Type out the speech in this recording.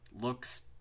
looks